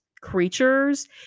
creatures